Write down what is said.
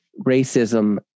racism